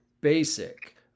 basic